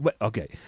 okay